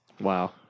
wow